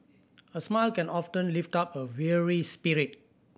a smile can often lift up a weary spirit